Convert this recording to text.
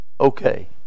okay